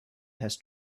has